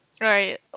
right